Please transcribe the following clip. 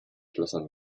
schlössern